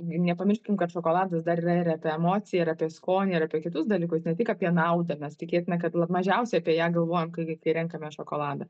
nepamirškim kad šokoladas dar yra ir apie emociją ir apie skonį ir apie kitus dalykus ne tik apie naudą nes tikėtina mažiausiai apie ją galvojam kai kai renkamės šokoladą